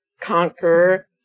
conquer